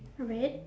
red